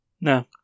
No